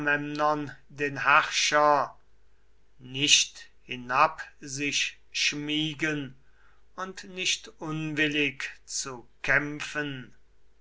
den herrscher nicht hinab sich schmiegen und nicht unwillig zu kämpfen